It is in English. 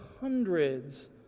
hundreds